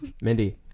Mindy